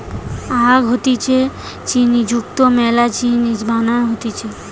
আখ হইতে চিনি যুক্ত মেলা জিনিস বানানো হতিছে